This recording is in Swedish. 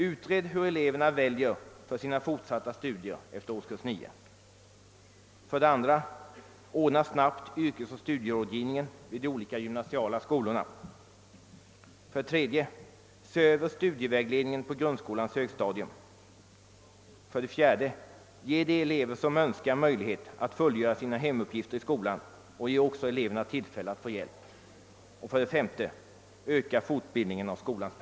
Utred hur eleverna väljer för sina fortsatta studier efter årskurs 9. 2. Ordna snabbt yrkesoch studierådgivningen i de olika gymnasiala skolorna. 4. Ge de elever som så önskar möjlighet att fullgöra sina hemuppgifter i skolan samt ge också eleverna möjligheter att erhålla hjälp.